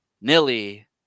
Nilly